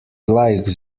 gleich